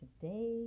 today